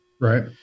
Right